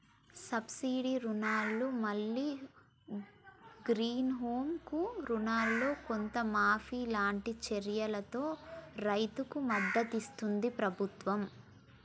subsidy రుణాలను మల్లి greenhouse కు రుణాలల్లో కొంత మాఫీ లాంటి చర్యలతో రైతుకు మద్దతిస్తుంది ప్రభుత్వం